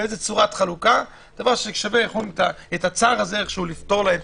שווה את הצער הזה לפתור להם.